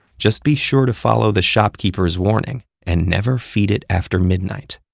just be sure to follow the shopkeeper's warning, and never feed it after midnight.